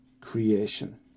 creation